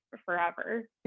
forever